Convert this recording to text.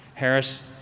Harris